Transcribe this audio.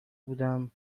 بودم